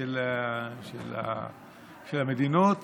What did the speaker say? של המדינות